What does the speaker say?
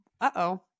uh-oh